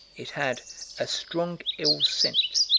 it had a strong ill scent.